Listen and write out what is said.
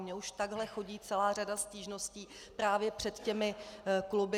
Mně už takhle chodí celá řada stížností právě před těmi kluby.